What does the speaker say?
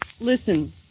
Listen